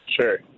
Sure